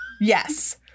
Yes